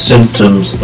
Symptoms